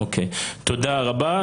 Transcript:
אוקיי, תודה רבה.